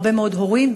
הרבה מאוד הורים,